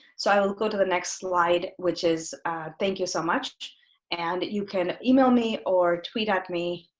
so i will go to the next slide which is thank you so much and you can email me or tweet at me